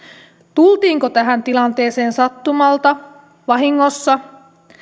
tultiinko tähän tilanteeseen sattumalta vahingossa